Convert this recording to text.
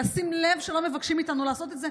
לשים לב שלא מבקשים מאיתנו לעשות את זה.